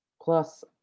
Plus